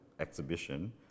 exhibition